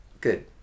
good